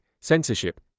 censorship